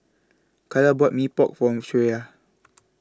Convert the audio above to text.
Calla bought Mee Pok For Shreya